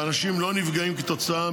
ואנשים לא נפגעים כתוצאה